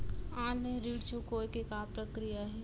Online ऋण चुकोय के का प्रक्रिया हे?